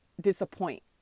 disappoint